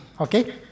okay